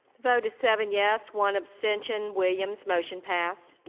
vote is seven yes, one absention, williams motion passed.